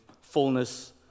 fullness